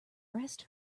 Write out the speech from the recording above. rest